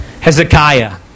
Hezekiah